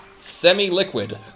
semi-liquid